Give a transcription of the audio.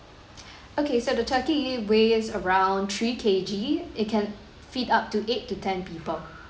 okay so the turkey weighs around three K_G it can feed up to eight to ten people